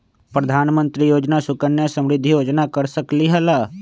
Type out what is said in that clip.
प्रधानमंत्री योजना सुकन्या समृद्धि योजना कर सकलीहल?